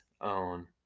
own